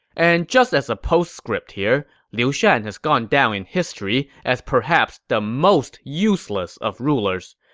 and just as a postscript here, liu shan has gone down in history as perhaps the most useless of rulers.